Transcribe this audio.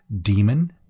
Demon